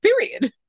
period